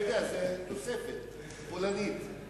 זה תוספת בפולנית.